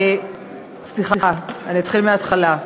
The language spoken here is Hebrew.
סליחה, אני אתחיל מההתחלה.